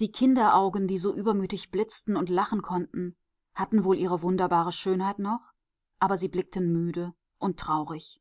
die kinderaugen die so übermütig blitzen und lachen konnten hatten wohl ihre wunderbare schönheit noch aber sie blickten müde und traurig